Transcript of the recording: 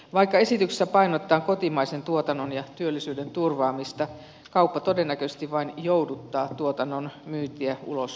vaikka esityksessä painotetaan kotimaisen tuotannon ja työllisyyden turvaamista kauppa todennäköisesti vain jouduttaa tuotannon myyntiä ulos suomesta